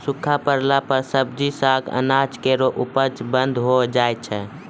सूखा परला पर सब्जी, साग, अनाज केरो उपज बंद होय जाय छै